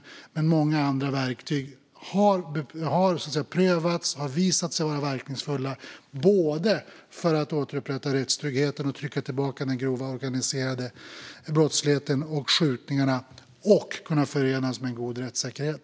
Men även många andra verktyg har prövats och visat sig vara verkningsfulla för att återupprätta rättstryggheten och trycka tillbaka den grova organiserade brottsligheten och skjutningarna - detta förenat med en god rättssäkerhet.